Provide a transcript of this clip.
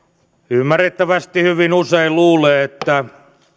ymmärrettävästi hyvin usein luulee että